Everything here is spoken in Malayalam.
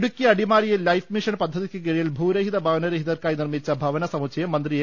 ഇടുക്കി അടിമാലിയിൽ ലൈഫ്മിഷൻ പദ്ധതിക്ക് കീഴിൽ ഭൂരഹിത ഭവനരഹിതർക്കായി നിർമിച്ച ഭവന സമുച്ചയം മന്ത്രി എ